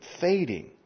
fading